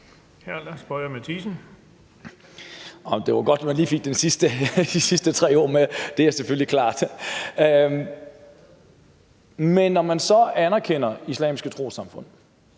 Lars Boje Mathiesen (NB): Det var godt, at man lige fik de sidste tre ord med; det er selvfølgelig klart. Men når man så anerkender islamiske trossamfund,